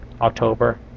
October